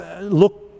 look